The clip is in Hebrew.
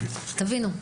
תבינו,